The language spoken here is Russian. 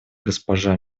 госпожа